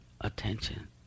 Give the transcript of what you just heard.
attention